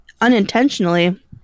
unintentionally